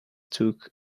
took